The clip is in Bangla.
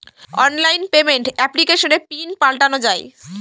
অনলাইন পেমেন্ট এপ্লিকেশনে পিন পাল্টানো যায়